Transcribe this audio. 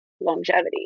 longevity